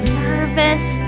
nervous